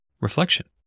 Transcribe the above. reflection